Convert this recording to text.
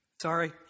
Sorry